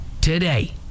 today